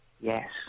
Yes